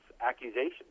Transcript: accusations